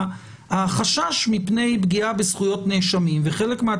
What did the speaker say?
החשש מפני פגיעה בזכויות נאשמים,